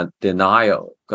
denial